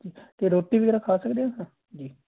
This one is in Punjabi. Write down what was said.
ਅਤੇ ਰੋਟੀ ਵਗੈਰਾ ਖਾ ਸਕਦੇ ਆ ਸਰ ਜੀ